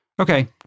okay